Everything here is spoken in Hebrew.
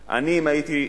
היושב-ראש.